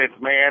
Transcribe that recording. man